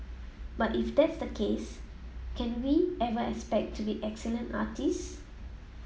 but if that is the case can we ever expect to be excellent artists